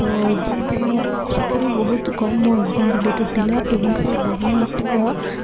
ତ ଯେଉଁଟା ମୁଁ ସେଥିରୁ ବହୁତ କମ୍ ମୋ ଏକ୍ଜାମ୍ ରିଲେଟେଡ଼ ଥିଲା ଏବଂ ସେ ବହିଟା